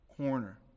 corner